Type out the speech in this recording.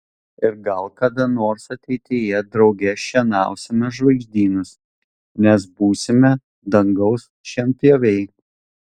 ir gal kada nors ateityje drauge šienausime žvaigždynus nes būsime dangaus šienpjoviai